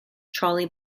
trolley